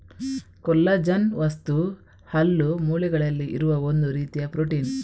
collagen ವಸ್ತು ಹಲ್ಲು, ಮೂಳೆಗಳಲ್ಲಿ ಇರುವ ಒಂದು ರೀತಿಯ ಪ್ರೊಟೀನ್